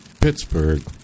Pittsburgh